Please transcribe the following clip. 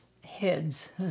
heads